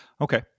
Okay